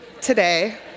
today